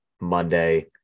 Monday